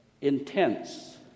Intense